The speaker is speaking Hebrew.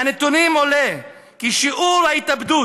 מהנתונים עולה כי שיעור ההתאבדות